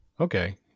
Okay